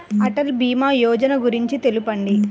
అటల్ భీమా యోజన గురించి తెలుపండి?